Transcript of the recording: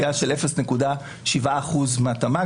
סטייה של 0.7 אחוז מהתמ"ג,